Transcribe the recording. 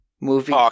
movie